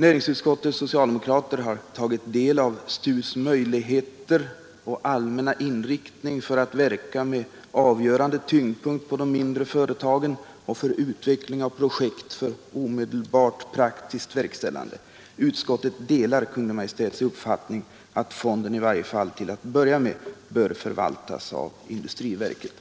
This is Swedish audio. Näringsutskottets socialdemokrater har tagit del av STU:s möjligheter och allmänna inriktning att verka med avgörande tyngdpunkt på de mindre företagen och för utveckling av projekt för omedelbart praktiskt verkställande. Utskottet delar Kungl. Maj:ts uppfattning att fonden, i varje fall till att börja med, bör förvaltas av industriverket.